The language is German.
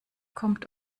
kommt